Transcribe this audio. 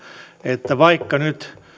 että vaikka nyt